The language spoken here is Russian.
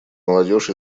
молодежь